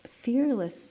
fearless